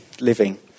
living